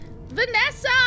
Vanessa